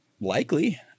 likely